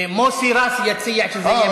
מוסי רז יציע שזה יהיה בוועדת כספים.